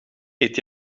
eet